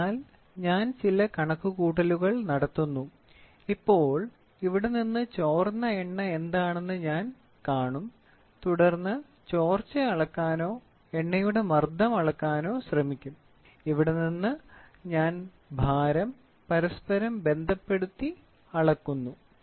അതിനാൽ ഞാൻ ചില കണക്കുകൂട്ടലുകൾ നടത്തുന്നു ഇപ്പോൾ ഇവിടെ നിന്ന് ചോർന്ന എണ്ണ എന്താണെന്ന് ഞാൻ കാണും തുടർന്ന് ചോർച്ച അളക്കാനോ എണ്ണയുടെ മർദ്ദം അളക്കാനോ ശ്രമിക്കും ഇവിടെ നിന്ന് ഞാൻ ഭാരം പരസ്പരം ബന്ധപ്പെടുത്തി അളക്കുന്നു